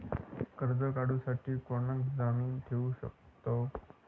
कर्ज काढूसाठी कोणाक जामीन ठेवू शकतव?